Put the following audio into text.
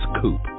Coupe